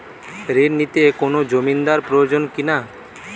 ঋণ নিতে কোনো জমিন্দার প্রয়োজন কি না?